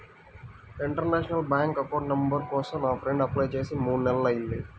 international bank account number కోసం నా friend apply చేసి మూడు నెలలయ్యింది